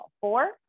four